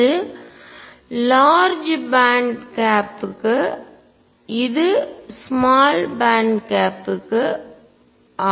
இது large band கேப்க்கு பெரிய இடைவெளிக்கு இது ஸ்மால் பேண்ட் கேப்க்கு சிறிய இடைவெளிஆகும்